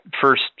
first